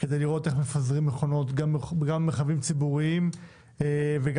כדי לראות איך מפזרים מכונות גם במרחבים ציבוריים וגם